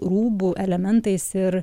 rūbų elementais ir